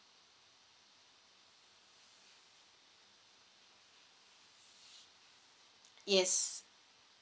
yes